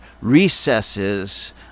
recesses